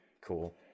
cool